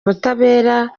ubutabera